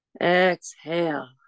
exhale